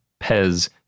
pez